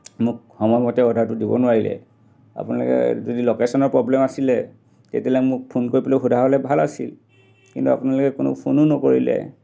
মোক সময়মতে অৰ্ডাৰটো দিব নোৱাৰিলে আপোনালোকে যদি লোকেচনৰ প্ৰব্লেম আছিলে তেতিয়া হ'লে মোক ফোন কৰি পেলাই সোধা হ'লে ভাল আছিল কিন্তু আপোনালোকে কোনো ফোনো নকৰিলে